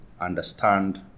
understand